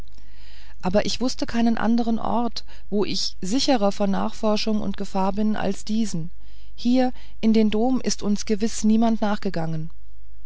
aber ich wußte keinen andern ort wo ich sicherer vor nachforschung und gefahr bin als diesen hierher in den dom ist uns gewiß niemand nachgegangen